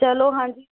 ਚਲੋ ਹਾਂਜੀ